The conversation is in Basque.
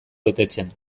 betetzen